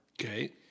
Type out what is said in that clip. Okay